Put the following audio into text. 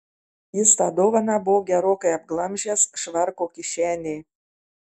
jis tą dovaną buvo gerokai apglamžęs švarko kišenėj